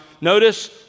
notice